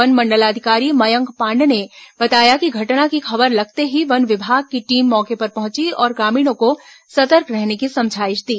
one मंडलाधिकारी मयंक पांडे ने बताया कि घटना की खबर लगते ही वन विभाग की टीम मौके पर पहुंची और ग्रामीणों को सतर्क रहने की समझाइश दी